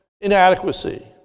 inadequacy